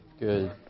Good